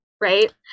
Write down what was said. right